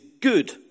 good